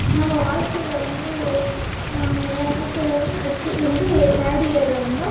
நம்ம வாழ்க்கையில் வந்து என் வாழ்க்கையில் வந்து அடுத்தது வந்து தேர்ட் இயரில் வந்தோம்